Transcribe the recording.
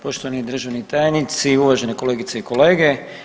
Poštovani državni tajnici, uvažene kolegice i kolege.